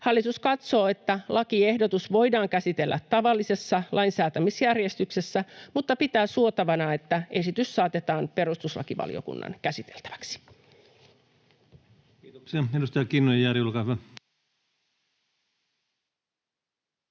Hallitus katsoo, että lakiehdotus voidaan käsitellä tavallisessa lainsäätämisjärjestyksessä, mutta pitää suotavana, että esitys saatetaan perustuslakivaliokunnan käsiteltäväksi. Kiitoksia. — Edustaja Kinnunen, Jari, olkaa hyvä.